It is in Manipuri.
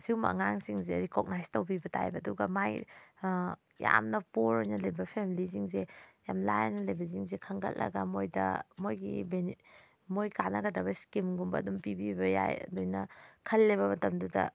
ꯁꯤꯒꯨꯝꯕ ꯑꯉꯥꯡꯁꯤꯡꯁꯦ ꯔꯤꯀꯣꯛꯅꯥꯏꯖ ꯇꯧꯕꯤꯕ ꯇꯥꯏꯑꯕ ꯑꯗꯨꯒ ꯃꯥꯏ ꯌꯥꯝꯅ ꯄꯣꯔ ꯑꯣꯏꯅ ꯂꯩꯕ ꯐꯦꯃꯤꯂꯤꯁꯤꯡꯁꯦ ꯌꯥꯝ ꯂꯥꯏꯔꯅ ꯂꯩꯕꯁꯤꯡꯁꯦ ꯈꯟꯒꯠꯂꯒ ꯃꯣꯏꯗ ꯃꯣꯏꯒꯤ ꯃꯣꯏ ꯀꯥꯟꯅꯒꯗꯕ ꯏꯁꯀꯤꯝꯒꯨꯝꯕ ꯑꯗꯨꯝ ꯄꯤꯕꯤꯕ ꯌꯥꯏ ꯑꯗꯨꯃꯥꯏꯅ ꯈꯜꯂꯦꯕ ꯃꯇꯝꯗꯨꯗ